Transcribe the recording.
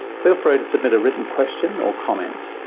feel free to submit a written question or comment.